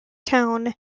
town